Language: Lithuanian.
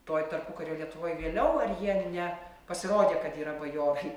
toj tarpukario lietuvoj vėliau ar jie ne pasirodė kad yra bajorai